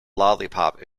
lollipop